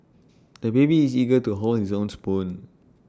the baby is eager to hold his own spoon